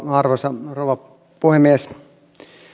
arvoisa rouva puhemies